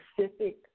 specific